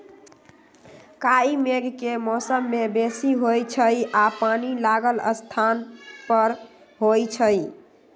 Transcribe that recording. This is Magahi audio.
काई मेघ के मौसम में बेशी होइ छइ आऽ पानि लागल स्थान पर होइ छइ